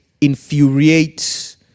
infuriates